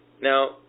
Now